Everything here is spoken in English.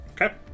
Okay